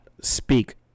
speak